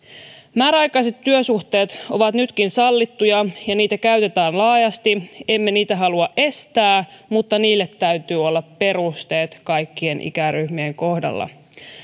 määräaikaiset työsuhteet ovat nytkin sallittuja ja niitä käytetään laajasti emme niitä halua estää mutta niille täytyy olla perusteet kaikkien ikäryhmien kohdalla